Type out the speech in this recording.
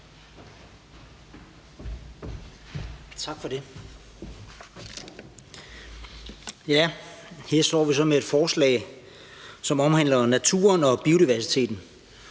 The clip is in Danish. Tak for det. Her står vi så med et forslag, som omhandler naturen og biodiversiteten,